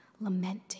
lamenting